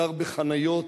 גר בחניות,